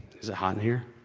is it hot in here?